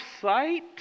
sight